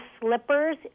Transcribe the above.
slippers